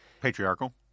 Patriarchal